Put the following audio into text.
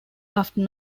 after